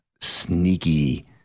sneaky